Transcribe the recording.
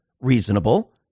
reasonable